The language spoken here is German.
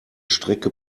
strecke